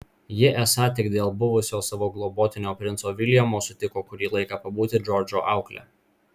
ji esą tik dėl buvusio savo globotinio princo viljamo sutiko kurį laiką pabūti džordžo aukle